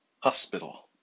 Hospital